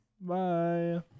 Bye